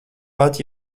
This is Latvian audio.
pat